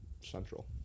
Central